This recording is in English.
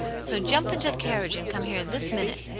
so jump into the carriage and come here this minute.